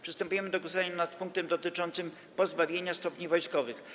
Przystępujemy do głosowania nad punktem dotyczącym pozbawienia stopni wojskowych.